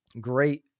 great